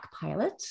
pilot